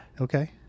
Okay